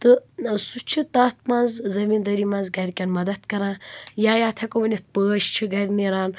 تہٕ سُہ چُھ تَتھ منٛز زٔمیٖن دٲری منٛز گَرِکٮ۪ن مدد کران یا یَتھ ہٮ۪کَو ؤنِتھ پٲش چھِ گَرِ نیران